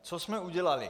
Co jsme udělali.